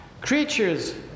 Creatures